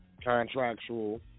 contractual